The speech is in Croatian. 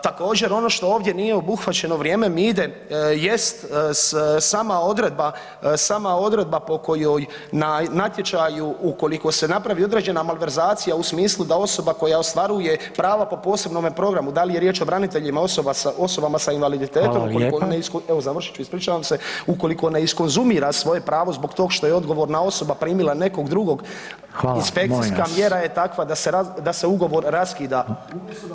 Također, ono što ovdje nije obuhvaćeno vrijeme mi ide jest sama odredba, sama odredba po kojoj na natječaju ukoliko se napravi određena malverzacija u smislu da osoba koja ostvaruje prava po posebnom programu, da li je riječ o braniteljima, osobama s invaliditetom [[Upadica: Hvala lijepa.]] evo završit ću, ispričavam se, ukoliko ne iskonzumira svoje pravo zbog tog što je odgovorna osoba primila nekog drugog [[Upadica: Hvala, molim vas.]] inspekcijska mjera je takva da se ugovor raskida.